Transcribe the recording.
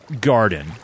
garden